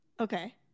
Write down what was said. Okay